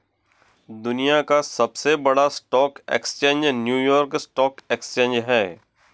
दुनिया का सबसे बड़ा stock exchange New York stock exchange है